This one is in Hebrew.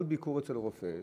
כל ביקור אצל רופא,